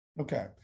Okay